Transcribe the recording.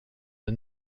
the